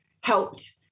helped